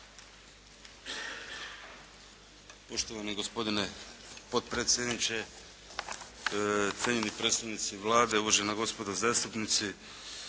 Poštovani gospodine potpredsjedniče, cijenjeni predstavnici Vlade, uvažena gospodo zastupnici.